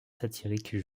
satiriques